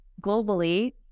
globally